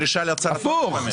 הפוך.